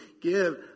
give